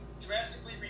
drastically